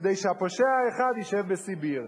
כדי שהפושע האחד ישב בסיביר.